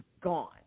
gone